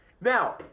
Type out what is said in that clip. Now